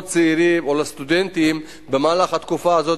צעירים או לסטודנטים במהלך התקופה הזאת,